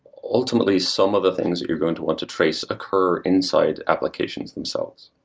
ultimately, some of the things that you're going to want to trace occur inside applications themselves,